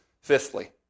fifthly